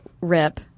Rip